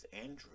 Andrew